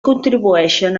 contribueixen